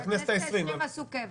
בכנסת העשרים עשו קבע.